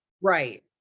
Right